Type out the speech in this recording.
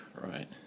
Right